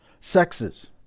Sexes